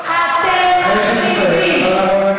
היושב-ראש,